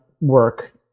work